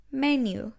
menu